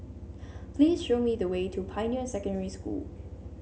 please show me the way to Pioneer Secondary School